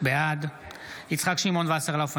בעד יצחק שמעון וסרלאוף,